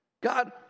God